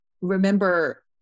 remember